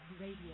Radio